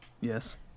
Yes